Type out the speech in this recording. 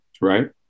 right